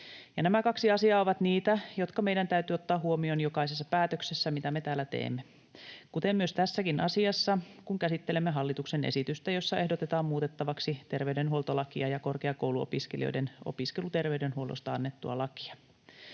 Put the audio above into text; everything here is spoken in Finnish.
Nämä kaksi asiaa ovat niitä, jotka meidän täytyy ottaa huomioon jokaisessa päätöksessä, mitä me täällä teemme, kuten myös tässäkin asiassa, kun käsittelemme hallituksen esitystä, jossa ehdotetaan muutettavaksi terveydenhuoltolakia ja korkeakouluopiskelijoiden opiskeluterveydenhuollosta annettua lakia.